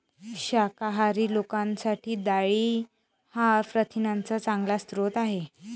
शाकाहारी लोकांसाठी डाळी हा प्रथिनांचा चांगला स्रोत आहे